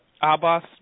Abbas